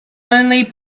only